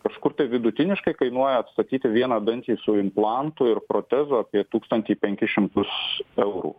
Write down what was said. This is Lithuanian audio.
kažkur tai vidutiniškai kainuoja atstatyti vieną dantį su implantu ir protezu apie tūkstantį penkis šimtus eurų